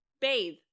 bathe